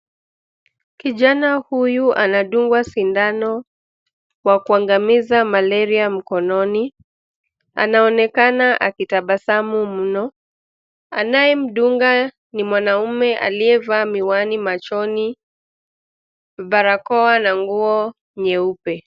Kijana huyu anadungwa sindano wa kuangamiza malaria mkononi. Anaonekana akitabasamu mno. Anayemdunga ni mwanaume aliyevaa miwani machoni, barakoa na nguo nyeupe.